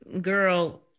Girl